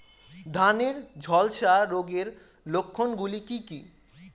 ধানের ঝলসা রোগের লক্ষণগুলি কি কি?